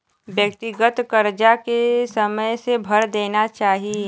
व्यक्तिगत करजा के समय से भर देना चाही